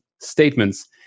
statements